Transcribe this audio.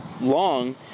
long